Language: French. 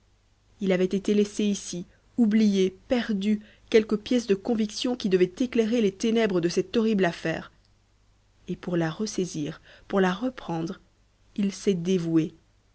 il avait été laissé ici oublié perdu quelque pièce de conviction qui devait éclairer les ténèbres de cette horrible affaire et pour la ressaisir pour la reprendre il s'est dévoué